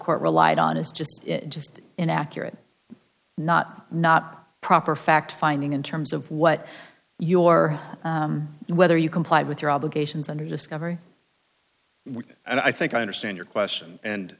court relied on is just just inaccurate not not proper fact finding in terms of what you are whether you comply with your obligations under discovery and i think i understand your question and